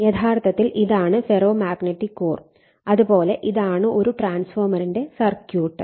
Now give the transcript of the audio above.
യഥാർത്ഥത്തിൽ ഇതാണ് ferro magnetic core അതുപോലെ ഇതാണ് ഒരു ട്രാൻസ്ഫോർമറിന്റെ സർക്യൂട്ട്